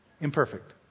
Imperfect